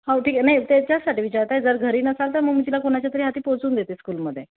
हो ठीक आहे नाही त्याच्याचसाठी विचारतेय जर घरी नसाल तर मग मी तिला कोणाच्यातरी हाती पोहचून देते स्कूलमध्ये